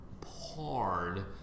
Pawn